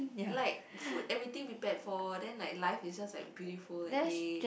like food everything prepared for then like life is just like beautiful like great